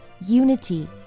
unity